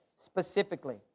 specifically